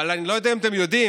אבל אני לא יודע אם אתם יודעים,